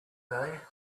day